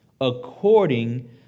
according